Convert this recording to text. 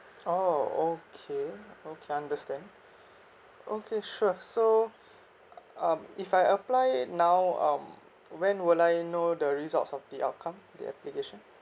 oh okay okay understand okay sure so um if I apply it now um when will I know the results of the outcome the application